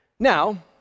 Now